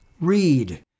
Read